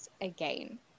again